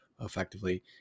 effectively